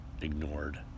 ignored